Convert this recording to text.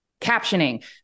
captioning